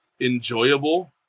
enjoyable